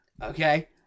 Okay